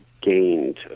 gained